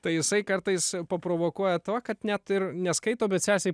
tai jisai kartais paprovokuoja tuo kad net ir neskaito bet sesei